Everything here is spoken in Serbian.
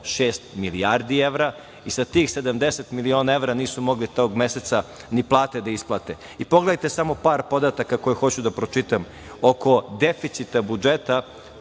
milijardi evra i sa tih 70 miliona evra nisu mogli tog meseca ni plate da isplate. Pogledajte samo par podataka koje hoću da pročitam, oko deficita budžeta